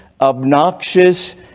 obnoxious